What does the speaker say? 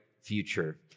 future